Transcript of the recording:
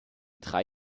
drei